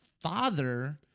father